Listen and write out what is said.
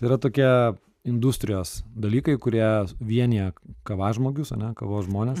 yra tokie industrijos dalykai kurie vienija kavažmogius ane kavos žmones